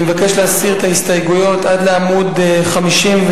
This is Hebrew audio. אני מבקש להסיר את ההסתייגויות עד לעמודים 56,